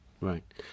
Right